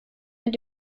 mit